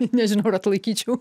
nežinau ar atlaikyčiau